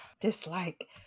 Dislike